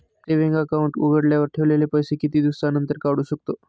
Saving account उघडल्यावर ठेवलेले पैसे किती दिवसानंतर काढू शकतो?